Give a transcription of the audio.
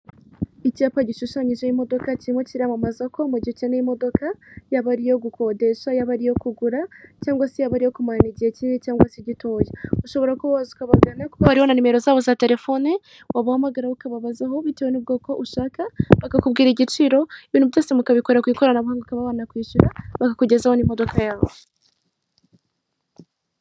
Icyapa gishushanyijeho imodoka kirimo kiramamaza ko mugihe ukeneye imodoka yaba ari iyo gukodesha, yaba ari iyo kugura cyangwa se yaba ari iyo kumarana igihe kinini cgwangwa se gitoya, ushobora kuba waza ukabagana, kuko hariho nimero zabo za telefone wabahamagaraho ukababazaho bitewe n'ubwoko ushaka bakakubwira igiciro ibintu byose mukabikora ku ikoranabuhanga ukaba wanakwishyura, bakanakugezaho n'imodoka yawe